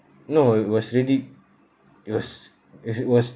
no it was already it was it was